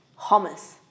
Hummus